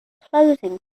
closing